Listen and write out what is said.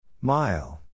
Mile